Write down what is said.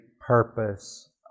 purpose